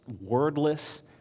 wordless